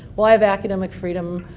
well, i have academic freedom.